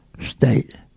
state